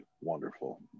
wonderful